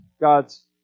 God's